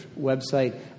website